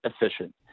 efficient